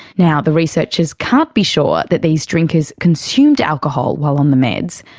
now, the researchers can't be sure that these drinkers consumed alcohol while on the meds,